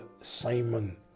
Simon